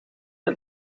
het